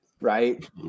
right